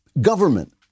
government